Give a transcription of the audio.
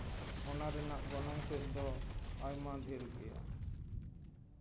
ᱚᱱᱟ ᱨᱮᱭᱟᱜ ᱜᱚᱱᱚᱝ ᱛᱮᱜ ᱫᱚ ᱟᱭᱢᱟ ᱰᱷᱮᱨ ᱜᱮᱭᱟ